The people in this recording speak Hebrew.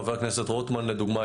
חבר הכנסת רוטמן לדוגמה,